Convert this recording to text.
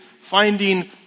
finding